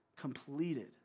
completed